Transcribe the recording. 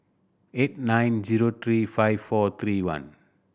eight nine zero three five four three one